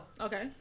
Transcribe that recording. Okay